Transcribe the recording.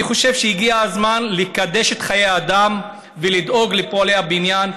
אני חושב שהגיע הזמן לקדש את חיי האדם ולדאוג לפועלי הבניין,